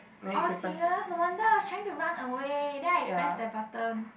oh serious no wonder I was trying to run away then I press the button